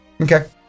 Okay